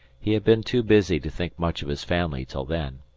he had been too busy to think much of his family till then.